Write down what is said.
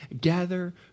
gather